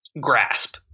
Grasp